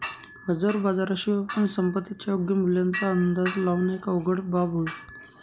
हजर बाजारा शिवाय पण संपत्तीच्या योग्य मूल्याचा अंदाज लावण एक अवघड बाब होईल